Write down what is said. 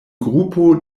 grupo